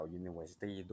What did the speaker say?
university